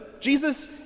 Jesus